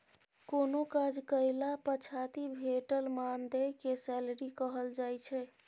कोनो काज कएला पछाति भेटल मानदेय केँ सैलरी कहल जाइ छै